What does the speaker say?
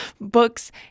books